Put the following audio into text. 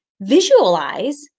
visualize